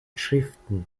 schriften